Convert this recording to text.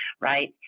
right